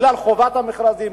בגלל חובת המכרזים,